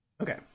Okay